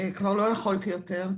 כבר לא יכולתי יותר.